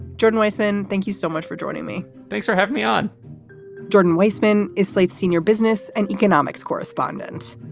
jordan weisman, thank you so much for joining me thanks for having me on jordan weissmann is slate's senior business and economics correspondent.